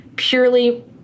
Purely